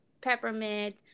peppermint